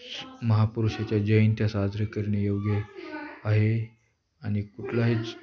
महापुरुषाच्या जयंंती साजरे करणे योग्य आहे आणि कुठलाहीच